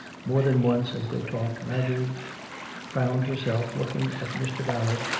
more than once, as they talked, marjorie found herself looking at mr. ballard,